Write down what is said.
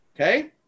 Okay